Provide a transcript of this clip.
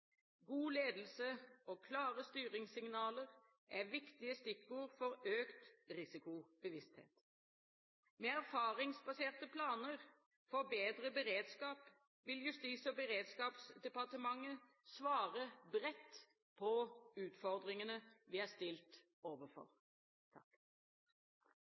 God ledelse og klare styringssignaler er viktige stikkord for økt risikobevissthet. Med erfaringsbaserte planer for bedre beredskap vil Justis- og beredskapsdepartementet svare bredt på utfordringene vi er stilt overfor.